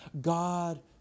God